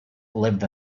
lived